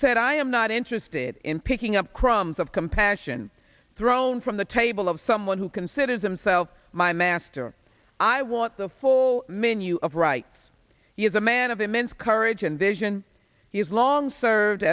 said i am not interested in picking up crumbs of compassion thrown from the table of someone who considers himself my master i want the full menu of rights he is a man of immense courage and vision he has long served